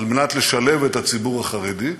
לשלב את הציבור החרדי,